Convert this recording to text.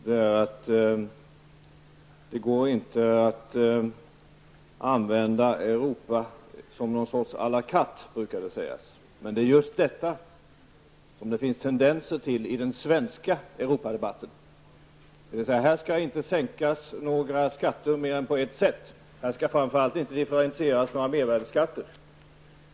Det brukar sägas att det inte går att använda Europa som något slags à la carte, men det är just detta som det finns tendenser till i den svenska Europadebatten, dvs. här skall inte sänkas några skatter på mer än ett sätt. Här skall framför allt inte differentieras några mervärdeskatter.